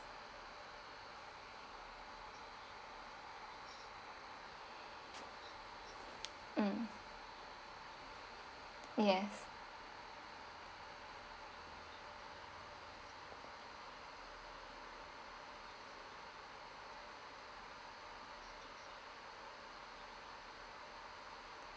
mm yes